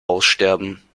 aussterben